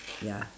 ya